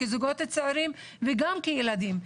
כזוגות צעירים וגם כילדים,